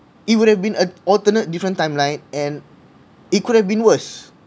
it would have been a alternate different timeline and it could have been worse